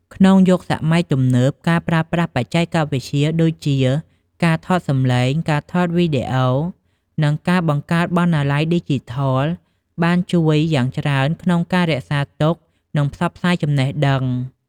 ក្នុងយុគសម័យទំនើប ការប្រើប្រាស់បច្ចេកវិទ្យាដូចជាការថតសំឡេង ការថតវីដេអូ និងការបង្កើតបណ្ណាល័យឌីជីថល បានជួយយ៉ាងច្រើនក្នុងការរក្សាទុក និងផ្សព្វផ្សាយចំណេះដឹង។